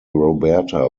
roberta